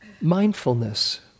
mindfulness